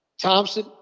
Thompson